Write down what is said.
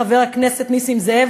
חבר הכנסת נסים זאב,